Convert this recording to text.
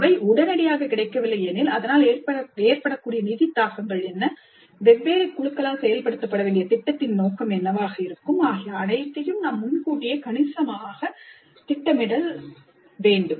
அவை உடனடியாக கிடைக்கவில்லை எனில் அதனால் ஏற்படக்கூடிய நிதி தாக்கங்கள் என்ன வெவ்வேறு குழுக்களால் செயல்படுத்தப்பட வேண்டிய திட்டத்தின் நோக்கம் என்னவாக இருக்கும் ஆகிய அனைத்தையும் நாம் முன்கூட்டியே கணிசமான திட்டமிடல் செய்ய வேண்டும்